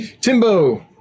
Timbo